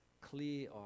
clear